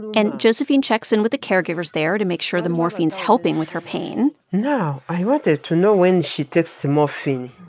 and josephine checks in with the caregivers there to make sure the morphine is helping with her pain now, i wanted to know when she takes the morphine,